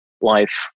life